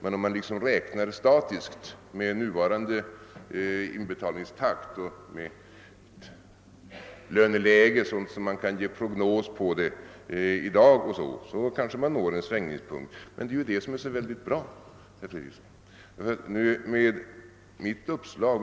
Om vi emellertid räknar statiskt med nuvarande inbetalningstakt och med ett löneläge, sådant som man i dag kan ge prognos på, kanske vi når en svängningspunkt. Men det är ju det som är så bra, herr Fredriksson.